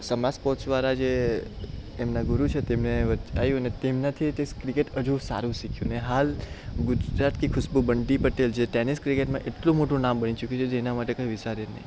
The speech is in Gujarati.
સમાજ સ્પોર્ટ્સવારા જે એમના ગુરુ છે તેમને ચડાઇવો અને તેમનાથી તે ક્રિકેટ હજુ સારું શીખ્યું અને હાલ ગુજરાત કી ખુશ્બૂ બંટી પટેલ જે ટેનિસ ક્રિકેટમાં એટલું મોટું નામ બની ચૂક્યું છે જેના માટે કઈ વિચાર્યું જ નય